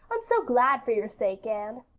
i'm so glad for your sake, anne.